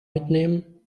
mitnehmen